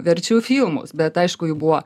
verčiau filmus bet aišku jų buvo